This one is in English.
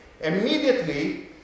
immediately